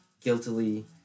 guiltily